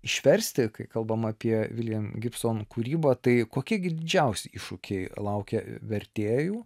išversti kai kalbam apie william gibson kūrybą tai kokie gi didžiausi iššūkiai laukia vertėjų